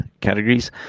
categories